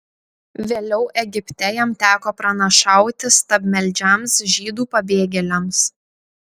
vėliau egipte jam teko pranašauti stabmeldžiams žydų pabėgėliams